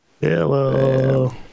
Hello